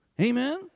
Amen